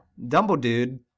Dumbledore